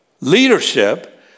leadership